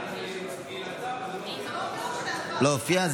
היא לחצה וזה לא הופיע.